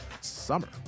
summer